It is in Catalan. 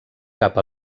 cap